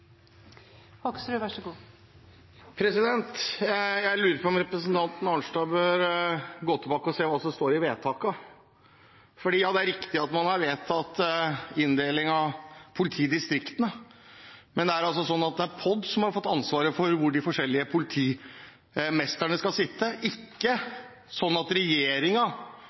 Arnstad bør gå tilbake og se på hva som står i vedtakene. Det er riktig at man har vedtatt inndelingen av politidistriktene, men det er POD som har fått ansvaret for hvor de forskjellige politimesterne skal sitte – det er ikke sånn at